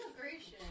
Immigration